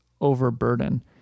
overburden